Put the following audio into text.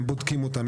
הם בודקים אותם,